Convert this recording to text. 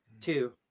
Two